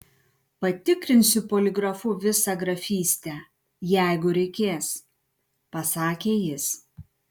patikrinsiu poligrafu visą grafystę jeigu reikės pasakė jis